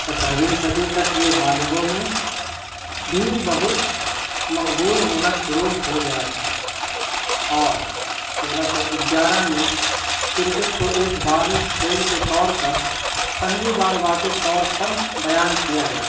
سترہویں صدی تک یہ بالغوں میں بھی بہت مقبول ہونا شروع ہو گیا تھا اور سولہ سو گیارہ میں کرکٹ کو ایک بالغ کھیل کے طور پر پہلی بار واضح طور پر بیان کیا گیا